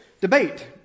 debate